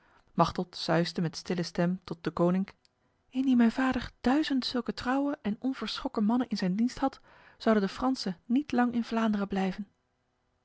machteld suisde met stille stem tot deconinck indien mijn vader duizend zulke trouwe en onverschrokken mannen in zijn dienst had zouden de fransen niet lang in vlaanderen blijven